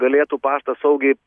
galėtų paštas saugiai